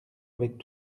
avec